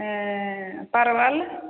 अँए परवल